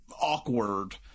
awkward